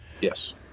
yes